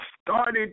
started